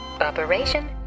Operation